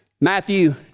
Matthew